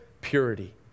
purity